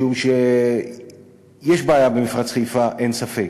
משום שיש בעיה במפרץ חיפה, אין ספק.